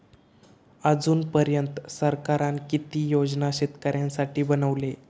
अजून पर्यंत सरकारान किती योजना शेतकऱ्यांसाठी बनवले?